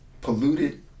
polluted